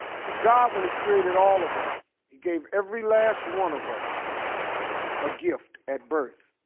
see god, when he created all of us, he gave every last one of us a gift at birth.